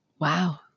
Wow